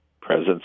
presence